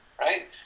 right